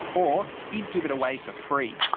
or he'd give it away for free.